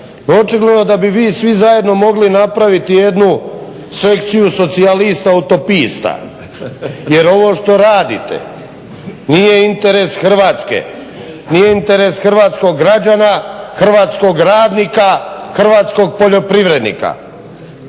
očigledno da bi vi svi zajedno mogli napraviti jednu sekciju socijalista utopista. Jer ovo što radite nije interes Hrvatske, nije interes hrvatskog građana, hrvatskog radnika, hrvatskog poljoprivrednika.